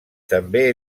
també